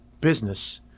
business